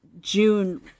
June